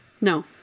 No